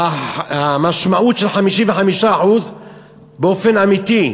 המשמעות של 55% באופן אמיתי,